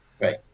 Right